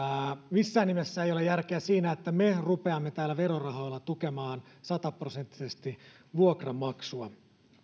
missään nimessä ei ole järkeä siinä että me rupeamme täällä verorahoilla tukemaan sataprosenttisesti vuokranmaksua